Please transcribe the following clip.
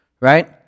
right